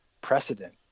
precedent